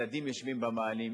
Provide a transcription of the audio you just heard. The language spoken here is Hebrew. ילדים יושבים במאהלים,